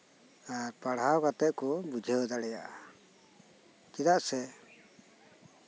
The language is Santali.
ᱟᱨ ᱯᱟᱲᱦᱟᱣ ᱠᱟᱛᱮᱜ ᱠᱚ ᱵᱩᱡᱷᱟᱹᱣ ᱫᱟᱲᱮᱭᱟᱜᱼᱟ ᱪᱮᱫᱟᱜ ᱥᱮ